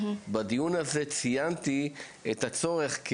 בדיון הזה ציינתי את הצורך,